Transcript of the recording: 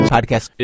Podcast